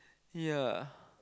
ya